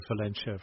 Valencia